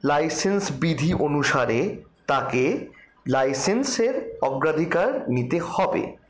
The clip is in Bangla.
লাইসেন্স বিধি অনুসারে তাকে লাইসেন্সের অগ্রাধিকার নিতে হবে